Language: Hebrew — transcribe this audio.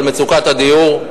על מצוקת הדיור,